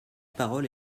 parole